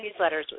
newsletters